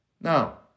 Now